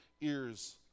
ears